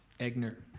egnor?